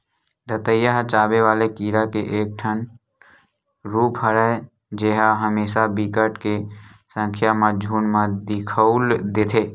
दतइया ह चाबे वाले कीरा के एक ठन रुप हरय जेहा हमेसा बिकट के संख्या म झुंठ म दिखउल देथे